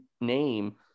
name